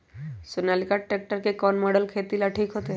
Sonalika tractor के कौन model खेती ला ठीक होतै?